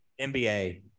NBA